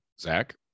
Zach